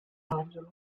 angeles